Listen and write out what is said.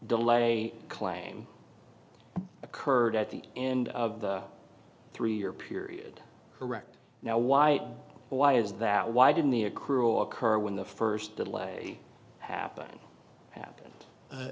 delay claim occurred at the end of the three year period correct now why why is that why didn't the accrual occur when the first delay happened happen